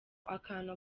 akantu